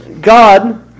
God